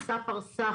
עושה פרסה,